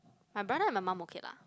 my brother and my mum okay lah